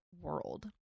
world